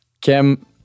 Kim